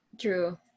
True